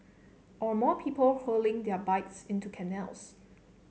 or more people hurling their bikes into canals